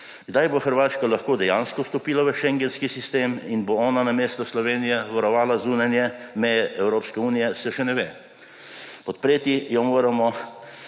Kdaj bo Hrvaška lahko dejansko vstopila v schengenski sistem in bo ona namesto Slovenije varovala zunanje meje Evropske unije, se še ne ve. Podpreti jo morajo